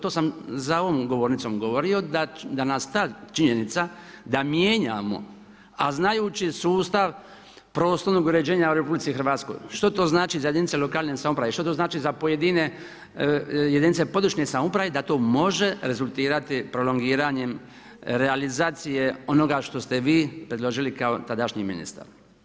To sam za ovom govornicom govorio da nas ta činjenica, da mijenjamo, a znajući sustav prostornog uređenja u RH što to znači za jedinice lokalne samouprave, što to znači za pojedine jedinice područne samouprave, da to može rezultirati prolongiranjem realizacije onoga što ste vi predložili kao tadašnji ministar.